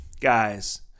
guys